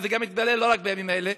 אבל זה גם מתגלה לא רק בימים האלה.